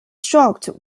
shocked